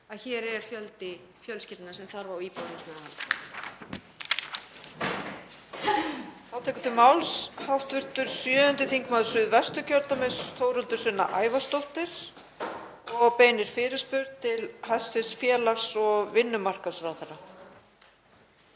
að hér er fjöldi fjölskyldna sem þarf á íbúðarhúsnæði